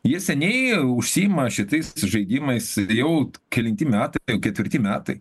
jie seniai užsiima šitais žaidimais jau kelinti metai ketvirti metai